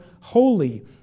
holy